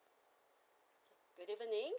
good evening